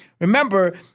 Remember